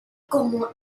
cómo